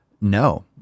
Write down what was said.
No